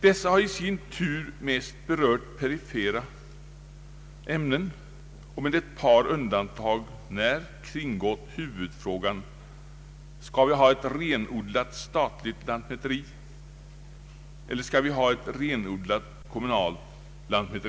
Dessa har i sin tur mest berört perifera ämnen och med ett par undantag när kringgått huvudfrågan: Skall vi ha ett renodlat statligt lantmäteri eller skall vi ha ett renodlat kommunalt sådant?